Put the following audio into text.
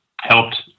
helped